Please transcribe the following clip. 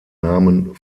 namen